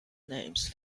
names